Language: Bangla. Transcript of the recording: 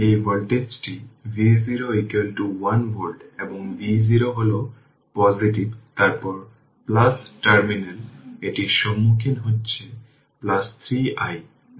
কারণ যদি সুইচটি দীর্ঘ সময়ের জন্য ওপেন থাকে এর মানে হল যে এটি একটি DC V 100 10 V এবং ইন্ডাক্টর একটি শর্ট সার্কিট হিসাবে আচরণ করে